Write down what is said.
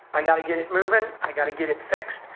i gotta get it moving, i gotta get it fixed,